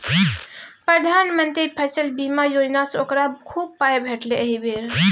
प्रधानमंत्री फसल बीमा योजनासँ ओकरा खूब पाय भेटलै एहि बेर